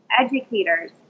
educators